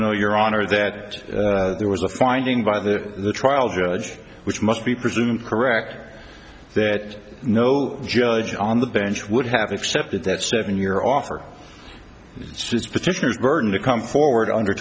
know your honor that there was a finding by the trial judge which must be presumed correct that no judge on the bench would have accepted that seven year offer petitioners burton to come forward under